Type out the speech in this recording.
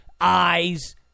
eyes